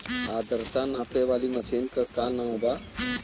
आद्रता नापे वाली मशीन क का नाव बा?